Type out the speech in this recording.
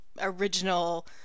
original